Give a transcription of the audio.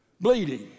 bleeding